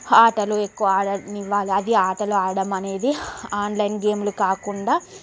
ఆటలు ఎక్కువ ఆడనివ్వాలి అది ఆటలు ఆడడము అనేది ఆన్లైన్ గేమ్లు కాకుండా